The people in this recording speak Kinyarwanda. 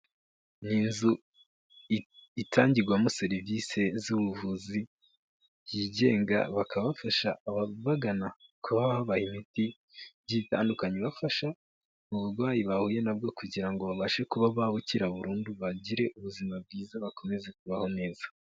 Ni inzu itangirwamo serivisi z'ubuvuzi yigenga, bakaba bafasha ababagana kuba babahaye imiti itandukanye ibafasha mu burwayi bahuye nabwo kugira ngo babashe kuba babukira burundu bagire ubuzima bwiza bakomeze kubaho neza.